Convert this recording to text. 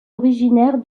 originaire